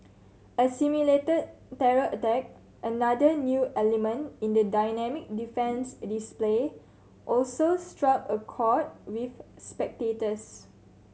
a simulated terror attack another new element in the dynamic defence display also struck a chord with spectators